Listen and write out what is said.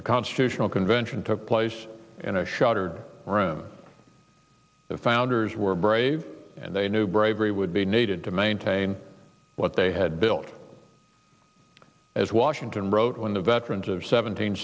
the constitutional convention took place in a shuttered room the founders were brave and they knew bravery would be needed to maintain what they had built as washington wrote when the veterans of seventeen